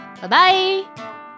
Bye-bye